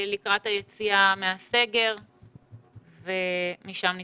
לקראת היציאה מהסגר ומשם נתקדם.